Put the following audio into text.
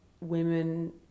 women